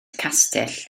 castell